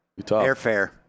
Airfare